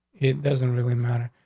it doesn't really matter,